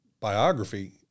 biography